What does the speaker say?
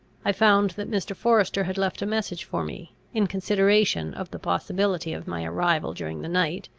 i found that mr. forester had left a message for me, in consideration of the possibility of my arrival during the night,